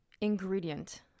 ingredient